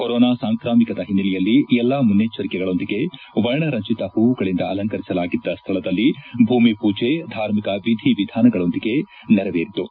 corona ಸಾಂಕ್ರಾಮಿಕದ ಹಿನ್ನೆಲೆಯಲ್ಲಿ ಎಲ್ಲಾ ಮುನ್ನೆಚ್ಚರಿಕೆಗಳೊಂದಿಗೆ ವರ್ಣರಂಚಿತ ಹೂವುಗಳಿಂದ ಅಲಂಕರಿಸಲಾಗಿದ್ದ ಸ್ಥಳದಲ್ಲಿ ಭೂಮಿಷೂಜೆ ಧಾರ್ಮಿಕ ವಿಧಿ ವಿಧಾನಗಳೊಂದಿಗೆ ನೆರವೇರಿತು